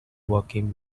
working